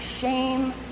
shame